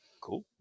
cool